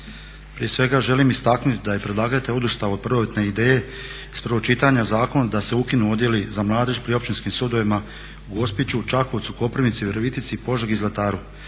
Prije svega želim istaknuti da je predlagatelj odustao od prvobitne ideje iz prvog čitanja zakona da se ukinu Odjeli za mladež pri općinskim sudovima u Gospiću, Čakovcu, Koprivnici, Virovitici, Požegi i Zlataru